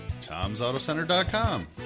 TomsAutoCenter.com